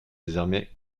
désormais